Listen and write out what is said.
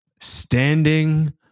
standing